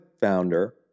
founder